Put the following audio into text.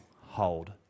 hold